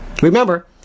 Remember